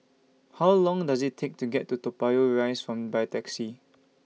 How Long Does IT Take to get to Toa Payoh Rise By Taxi